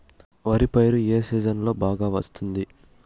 వరి పైరు ఏ సీజన్లలో బాగా వస్తుంది